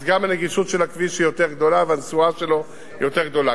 אז גם הנגישות של הכביש היא יותר גדולה והנסועה שלו יותר גדולה.